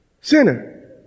sinner